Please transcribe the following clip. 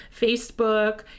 Facebook